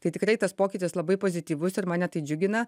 tai tikrai tas pokytis labai pozityvus ir mane tai džiugina